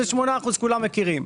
כולם מכירים.